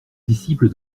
disciple